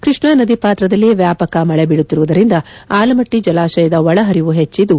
ಕೃಷ್ಣಾ ನದಿ ಪಾತ್ರದಲ್ಲಿ ವ್ಯಾಪಕ ಮಳೆ ಬೀಳುತ್ತಿರುವುದರಿಂದ ಆಲಮಟ್ಟಿ ಜಲಾಶಯದ ಒಳಹರಿವು ಹೆಚ್ಚಿದ್ದು